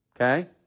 Okay